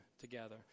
together